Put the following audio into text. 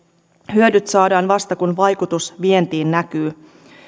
hyödyt saadaan vasta kun vaikutus vientiin näkyy